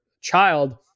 child